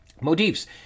Motifs